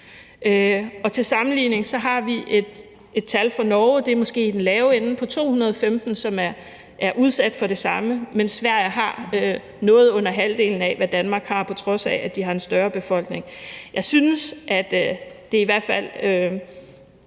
Til sammenligning har vi et tal fra Norge – det er måske i den lave ende – på 215, som er udsat for det samme, mens Sverige har noget under halvdelen af, hvad Danmark har, på trods af at de har en større befolkning. Jeg synes i hvert fald,